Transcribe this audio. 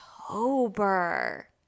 October